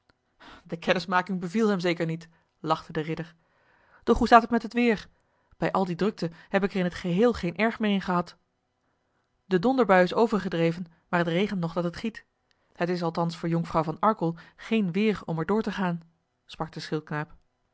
de kennismaking beviel hem zeker niet lachte de ridder doch hoe staat het met het weer bij al die drukte heb ik er in t geheel geen erg meer in gehad de donderbui is overgedreven maar het regent nog dat het giet het is althans voor jonkvrouw van arkel geen weer om er door te gaan